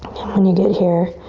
when you get here,